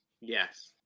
Yes